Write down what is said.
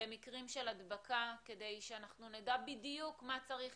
למקרים של הדבקה כדי שנדע בדיוק מה צריך